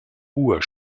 uhr